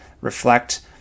reflect